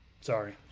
Sorry